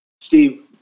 Steve